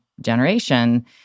generation